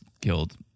killed